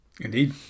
Indeed